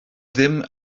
ddim